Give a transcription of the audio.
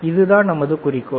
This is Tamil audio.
அதுதான் ஒரே குறிக்கோள்